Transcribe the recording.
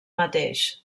mateix